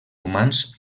humans